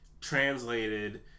translated